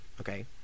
okay